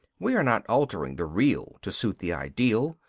we are not altering the real to suit the ideal.